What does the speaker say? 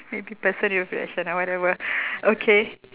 maybe person you'll be whatever okay